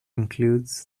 includes